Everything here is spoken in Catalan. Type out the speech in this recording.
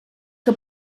que